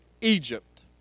Egypt